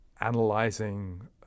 analyzing